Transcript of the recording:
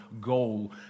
goal